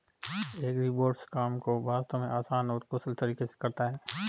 agribots काम को वास्तव में आसान और कुशल तरीके से करता है